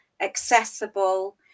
accessible